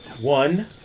One